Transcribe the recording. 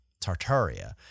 Tartaria